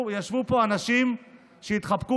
וישבו ישבו פה אנשים שהתחבקו.